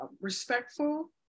respectful